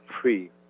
free